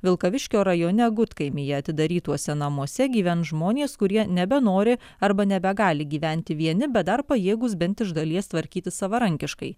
vilkaviškio rajone gudkaimyje atidarytuose namuose gyvens žmonės kurie nebenori arba nebegali gyventi vieni bet dar pajėgūs bent iš dalies tvarkytis savarankiškai